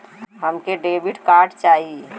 हमके debit card चाही?